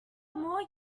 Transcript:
more